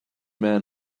man